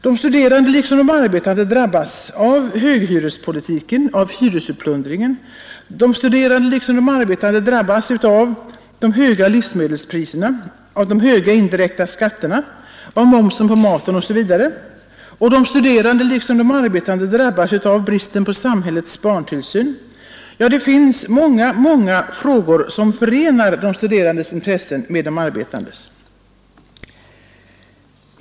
De studerande liksom de arbetande drabbas av höghyrespolitiken, av hyresutplundringen. De studerande liksom de arbetande drabbas också av de höga livsmedelspriserna, de höga indirekta skatterna, momsen på maten osv. De studerande liksom de arbetande drabbas av bristen på samhällets barntillsyn. Ja, det finns många frågor som förenar de studerandes intressen med de arbetandes.